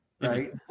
right